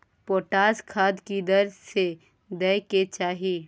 Potash खाद की दर से दै के चाही?